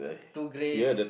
too grey